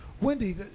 Wendy